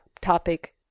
topic